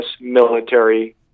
military